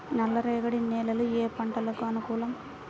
నల్లరేగడి నేలలు ఏ పంటలకు అనుకూలం?